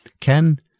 Ken